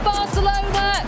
Barcelona